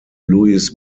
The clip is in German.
luis